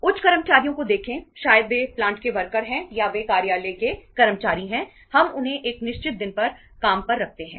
उच्च कर्मचारियों को देखें शायद वे प्लांट वर्कर हैं या वे कार्यालय के कर्मचारी हैं हम उन्हें एक निश्चित दिन पर काम पर रखते हैं